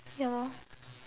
ya